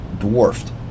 dwarfed